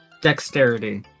dexterity